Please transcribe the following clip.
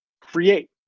create